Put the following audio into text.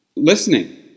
listening